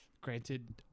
Granted